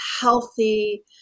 healthy